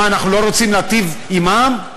מה, אנחנו לא רוצים להיטיב עם העם?